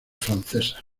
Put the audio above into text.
francesas